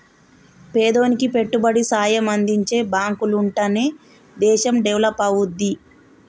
పేదోనికి పెట్టుబడి సాయం అందించే బాంకులుంటనే దేశం డెవలపవుద్ది